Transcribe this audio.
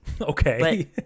Okay